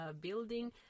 building